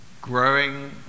Growing